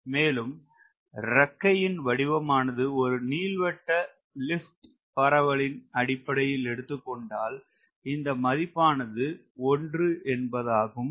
மேலும் இறக்கையின் வடிவமானது ஒரு நீள்வட்ட லிப்ட் பரவளின் அடிப்படையில் எடுத்துக்கொண்டால் இந்த மதிப்பானது ஒன்று ஆகும்